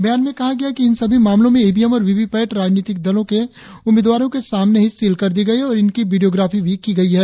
बयान में कहा गया है कि इन सभी मामलों में ईवीएम और वीवीपैट राजनीतिक दलों के उम्मीदवरों के सामने ही सील कर दी गई है और इनकी वीडियोग्राफी भी की गई है